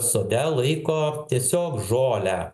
sode laiko tiesiog žolę